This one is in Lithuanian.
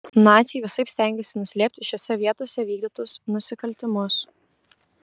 naciai visaip stengėsi nuslėpti šiose vietose vykdytus nusikaltimus